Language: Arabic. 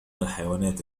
الحيوانات